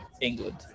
England